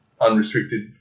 unrestricted